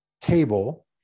table